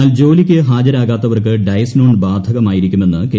എന്നാൽ ജോലിക്ക് ഹാജരാകാത്തവർക്കു ഡയസ്നോൺ ബാധകമായിരിക്കുമെന്നു കെ